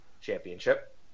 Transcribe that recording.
championship